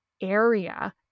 area